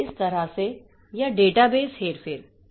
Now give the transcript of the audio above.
तो इस तरह से या डेटाबेस हेरफेर